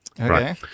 Okay